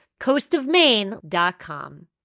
coastofmaine.com